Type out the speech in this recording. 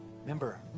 remember